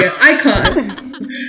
Icon